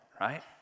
right